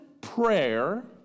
prayer